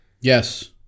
Yes